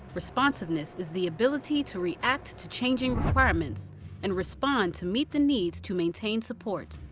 responsiveness is the ability to react to changing requirements and respond to meet the needs to maintain support.